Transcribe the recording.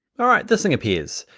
all right, this thing appears.